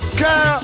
girl